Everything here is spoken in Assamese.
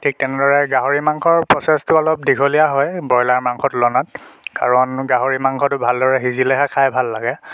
ঠিক তেনেদৰে গাহৰি মাংসৰ প্ৰচেছটো অলপ দীঘলীয়া হয় ব্ৰয়লাৰ মাংসৰ তুলনাত কাৰণ গাহৰি মাংসটো ভালদৰে সিজিলেহে খাই ভাল লাগে